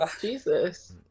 Jesus